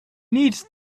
needs